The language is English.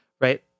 Right